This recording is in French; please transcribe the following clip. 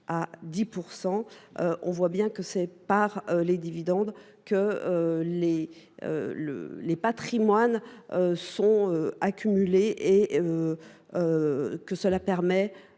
à 10 %. On voit bien que c’est par les dividendes que les patrimoines sont accumulés et que cela permet